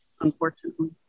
unfortunately